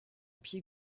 pied